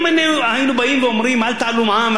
אם היינו באים ואומרים: אל תעלו מע"מ,